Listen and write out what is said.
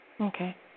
Okay